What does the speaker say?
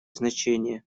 значение